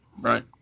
Right